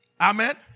Amen